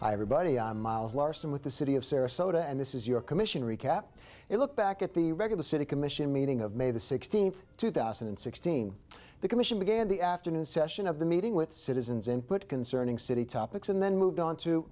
i everybody on miles larson with the city of sarasota and this is your commission recap a look back at the record the city commission meeting of may the sixteenth two thousand and sixteen the commission began the afternoon session of the meeting with citizens input concerning city topics and then moved on to